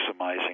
maximizing